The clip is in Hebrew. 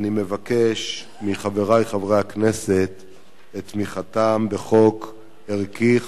ואני מבקש מחברי חברי הכנסת את תמיכתם בחוק ערכי,